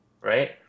right